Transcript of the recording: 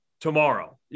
tomorrow